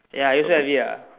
ya I also have it ah